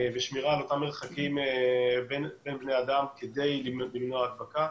ושמירה על אותם מרחקים בין בני אדם כדי למנוע הדבקה,